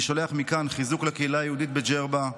אני שולח מכאן חיזוק לקהילה היהודית בג'רבה.